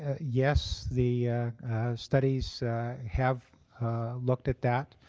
ah yes. the studies have looked at that.